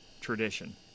tradition